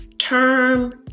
Term